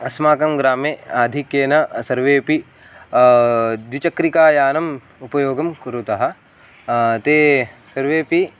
अस्माकं ग्रामे आधिक्येन सर्वेपि द्विचक्रिकायानम् उपयोगं कुरुतः ते सर्वेपि